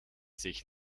sich